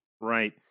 Right